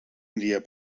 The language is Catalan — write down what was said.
dia